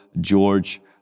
George